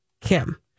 Kim